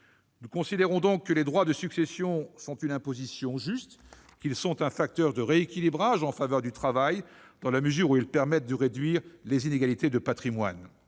Nous considérons donc que les droits de succession sont une imposition juste, qu'ils sont un facteur de rééquilibrage en faveur du travail, dans la mesure où ils permettent de réduire les inégalités de patrimoine.